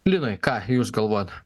linai ką jūs galvojat